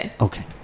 Okay